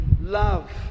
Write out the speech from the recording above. love